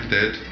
dead